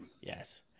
Yes